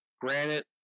Granite